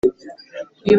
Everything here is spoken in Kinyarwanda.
uyu